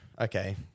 okay